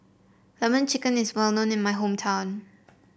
lemon chicken is well known in my hometown